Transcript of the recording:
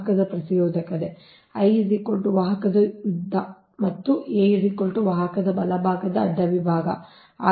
ವಾಹಕದ ಪ್ರತಿರೋಧಕತೆ l ವಾಹಕದ ಉದ್ದ ಮತ್ತು A ವಾಹಕದ ಬಲಭಾಗದ ಅಡ್ಡ ವಿಭಾಗ